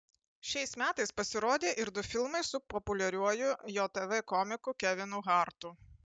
šiais metais pasirodė ir du filmai su populiariuoju jav komiku kevinu hartu